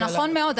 זה נכון מאוד,